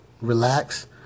relax